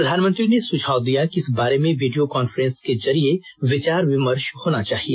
प्रधानमंत्री ने सुझाव दिया कि इस बारे में वीडियो कॉफ्रेंस के जरिए विचार विमर्श होना चाहिए